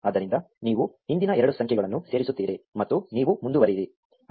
ಆದ್ದರಿಂದ ನೀವು ಹಿಂದಿನ ಎರಡು ಸಂಖ್ಯೆಗಳನ್ನು ಸೇರಿಸುತ್ತಿರಿ ಮತ್ತು ನೀವು ಮುಂದುವರಿಯಿರಿ